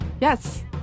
Yes